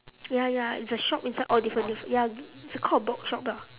ya ya it's a shop inside all different different ya it's called a box shop lah